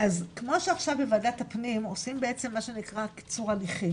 אז כמו שעכשיו בוועדת הפנים עושים בעצם מה שנקרא קיצור הליכים,